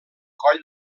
coll